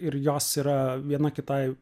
ir jos yra viena kitai